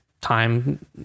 time